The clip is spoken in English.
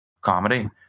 comedy